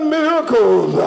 miracles